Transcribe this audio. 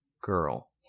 girl